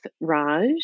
Raj